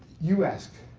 you ask